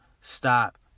stop